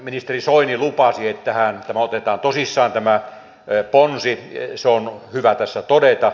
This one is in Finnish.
ministeri soini lupasi että tämä ponsi otetaan tosissaan se on hyvä tässä todeta